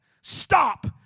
Stop